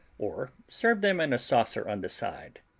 or serve them in a saucer on the side.